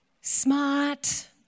smart